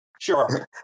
Sure